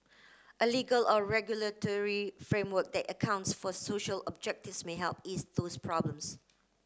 a legal or regulatory framework that accounts for social objectives may help ease those problems